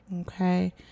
Okay